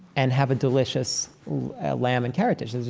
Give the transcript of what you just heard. and have a delicious lamb and carrot dish. and